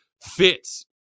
fits